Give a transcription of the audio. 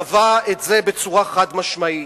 קבע את זה בצורה חד-משמעית,